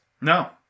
no